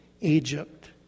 Egypt